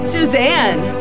Suzanne